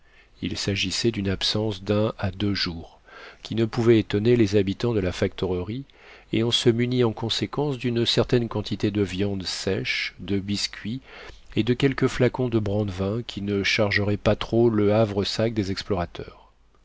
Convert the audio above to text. il s'agissait d'une absence d'un à deux jours qui ne pouvait étonner les habitants de la factorerie et on se munit en conséquence d'une certaine quantité de viande sèche de biscuit et de quelques flacons de brandevin qui ne chargerait pas trop le havresac des explorateurs